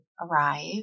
arrive